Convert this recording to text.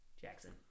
Jackson